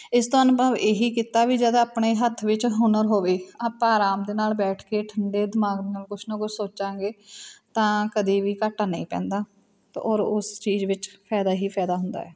ਇਸ ਤੋਂ ਅਨੁਭਵ ਇਹੀ ਕੀਤਾ ਵੀ ਜਦ ਆਪਣੇ ਹੱਥ ਵਿੱਚ ਹੁਨਰ ਹੋਵੇ ਆਪਾਂ ਆਰਾਮ ਦੇ ਨਾਲ ਬੈਠ ਕੇ ਠੰਡੇ ਦਿਮਾਗ ਨਾਲ ਕੁਛ ਨਾ ਕੁਛ ਸੋਚਾਂਗੇ ਤਾਂ ਕਦੇ ਵੀ ਘਾਟਾ ਨਹੀਂ ਪੈਂਦਾ ਤਾ ਔਰ ਉਸ ਚੀਜ਼ ਵਿੱਚ ਫਾਇਦਾ ਹੀ ਫਾਇਦਾ ਹੁੰਦਾ ਹੈ